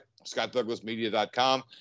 ScottDouglasmedia.com